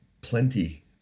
plenty